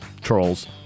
trolls